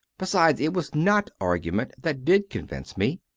besides, it was not argument that did convince me,